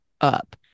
up